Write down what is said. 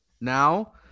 Now